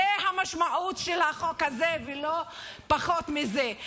זאת המשמעות של החוק הזה ולא פחות מזה.